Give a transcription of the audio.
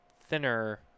thinner